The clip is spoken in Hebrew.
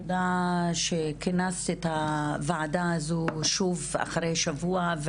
תודה שכינסת את הוועדה הזו שוב אחרי שבוע,